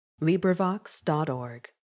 LibriVox.org